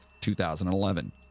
2011